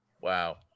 Wow